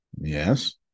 Yes